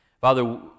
Father